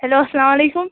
hello اَسلامُ عَلیکُم